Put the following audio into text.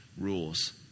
rules